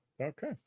Okay